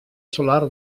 solar